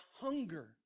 hunger